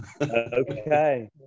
Okay